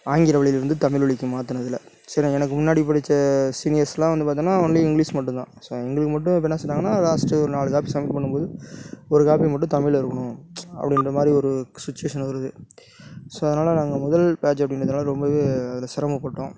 ஆங்கில வழியிலிருந்து தமிழ் வழிக்கு மாற்றுனதுல சி எனக்கு முன்னாடி படித்த சீனியர்ஸ்லாம் வந்து பார்த்தோம்னா ஒன்லி இங்கிலிஷ் மட்டும் தான் ஸோ எங்களுக்கு மட்டும் இப்போ என்ன செஞ்சாங்கன்னால் லாஸ்ட்டு ஒரு நாலு காப்பி சம்மிட் பண்ணும் போது ஒரு காப்பி மட்டும் தமிழில் இருக்கணும் அப்படின்ற மாதிரி ஒரு சுச்சிவேஷன் வருது ஸோ அதனால் நாங்கள் முதல் பேட்ச் அப்படிங்கறதுனால ரொம்பவே அதில் சிரமப்பட்டோம்